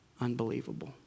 unbelievable